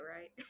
right